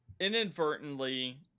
inadvertently